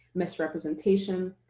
misrepresentation,